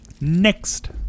Next